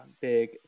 big